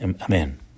Amen